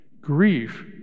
Grief